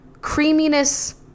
creaminess